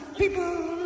people